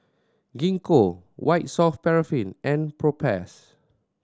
Gingko White Soft Paraffin and Propass